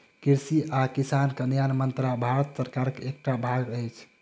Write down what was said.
कृषि आ किसान कल्याण मंत्रालय भारत सरकारक एकटा भाग अछि